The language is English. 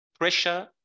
pressure